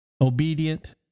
obedient